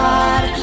God